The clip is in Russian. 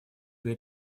для